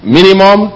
Minimum